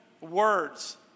words